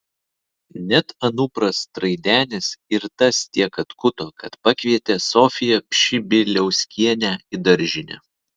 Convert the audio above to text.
net anupras traidenis ir tas tiek atkuto kad pakvietė sofiją pšibiliauskienę į daržinę